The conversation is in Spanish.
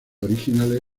originales